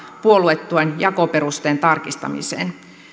puoluetuen jakoperusteen tarkistamiseen